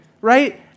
Right